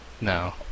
No